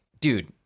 dude